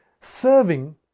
Serving